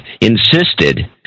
insisted